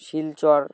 Silchar